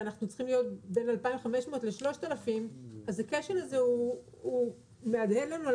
ואנחנו צריכים להיות עם 3,000-2,500 אז הכשל הזה מהדהד לנו.